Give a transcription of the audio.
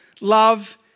love